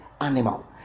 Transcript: animal